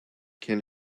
can